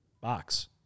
box